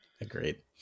agreed